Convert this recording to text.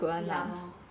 ya lor